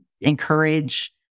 encourage